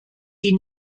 die